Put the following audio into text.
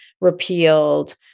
repealed